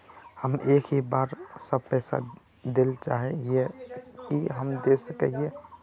हम एक ही बार सब पैसा देल चाहे हिये की हम दे सके हीये?